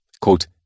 quote